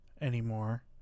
anymore